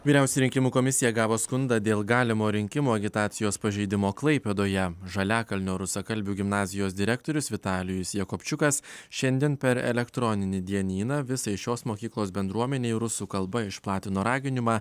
vyriausioji rinkimų komisija gavo skundą dėl galimo rinkimų agitacijos pažeidimo klaipėdoje žaliakalnio rusakalbių gimnazijos direktorius vitalijus jakobčiukas šiandien per elektroninį dienyną visai šios mokyklos bendruomenei rusų kalba išplatino raginimą